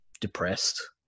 depressed